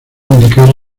indicar